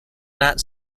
not